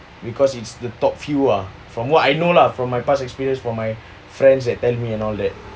because it's the top few ah from what I know lah from my past experience for my friends that tell me and all that